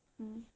mm